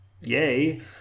Yay